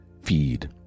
feed